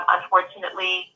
Unfortunately